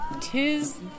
Tis